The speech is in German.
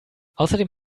außerdem